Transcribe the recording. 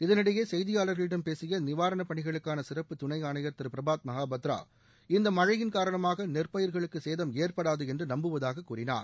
இதனிடையே செய்தியாளர்களிடம் பேசிய நிவாரணப் பணிகளுக்கான சிறப்பு துணை ஆணையர் திரு பிரபாத் மகாபாத்ரா இந்த மழையின் காரணமாக நெற்பயிர்களுக்கு சேதம் ஏற்படாது என்று நம்புவதாக கூறினார்